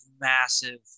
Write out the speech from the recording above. massive